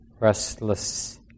restless